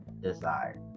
desire